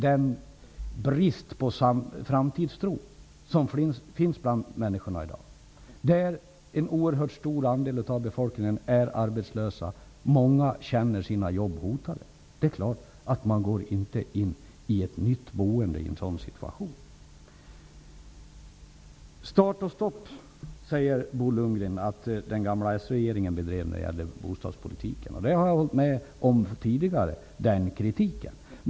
Detta skall ses i kombination med människors brist på framtidstro. En oerhört stor del av befolkningen saknar arbete. Dessutom känner många att deras jobb är hotade. Det är klart att man i en sådan situation inte väljer ett nytt boende. Start och stoppolitik när det gäller bostäderna bedrev den förra s-regeringen enligt Bo Lundgren. Jag har tidigare sagt att jag instämmer i den kritiken.